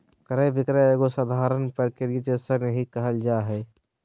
क्रय विक्रय एगो साधारण प्रक्रिया जइसन ही क़इल जा हइ